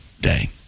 day